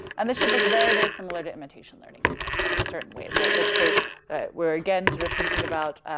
and this should look very, very similar to imitation learning in certain ways, right? like, so we're again sort of thinking about,